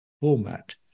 format